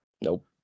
Nope